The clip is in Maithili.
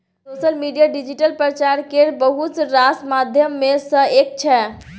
सोशल मीडिया डिजिटल प्रचार केर बहुत रास माध्यम मे सँ एक छै